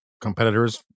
competitors